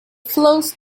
flows